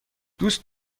دوست